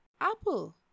Apple